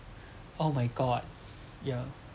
oh my god yeah